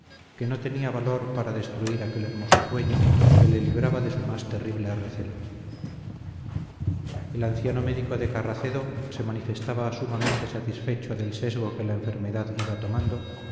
que no tenía valor para destruir aquel hermoso sueño que le libraba de su más terrible recelo el anciano médico de carracedo se manifestaba sumamente satisfecho del sesgo que la enfermedad iba tomando